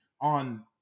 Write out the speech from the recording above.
on